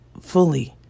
fully